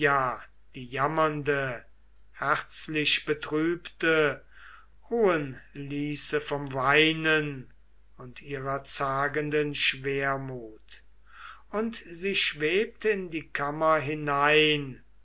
die jammernde herzlichbetrübte ruhen ließe vom weinen und ihrer zagenden schwermut und sie schwebt in die kammer hinein